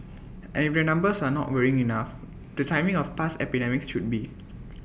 and if the numbers are not worrying enough the timing of past epidemics should be